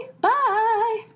Bye